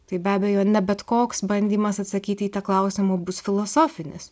tai be abejo ne bet koks bandymas atsakyti į tą klausimą bus filosofinis